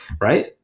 right